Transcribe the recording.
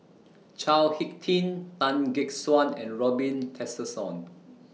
Chao Hick Tin Tan Gek Suan and Robin Tessensohn